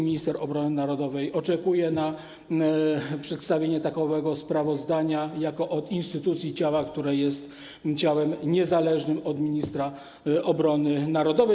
Minister obrony narodowej oczekuje na przedstawienie takowego sprawozdania jako od instytucji, ciała, które jest ciałem niezależnym od ministra obrony narodowej.